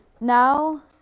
Now